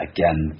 Again